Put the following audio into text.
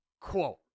quote